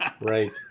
Right